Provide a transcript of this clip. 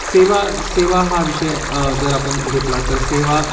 सेवा सेवा हा विषय जर आपण घेतला तर सेवा